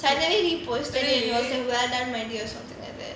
sainthavi reposted it and he was like well done my dear something like that